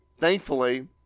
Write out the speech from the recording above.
Thankfully